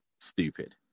stupid